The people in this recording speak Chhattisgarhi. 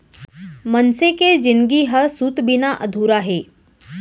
मनसे के जिनगी ह सूत बिना अधूरा हे